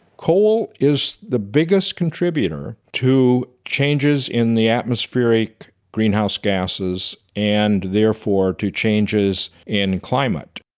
coal is the biggest contributor to changes in the atmospheric greenhouse gases and therefore to changes in climate.